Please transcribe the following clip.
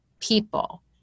people